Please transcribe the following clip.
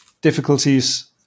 difficulties